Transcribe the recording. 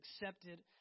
accepted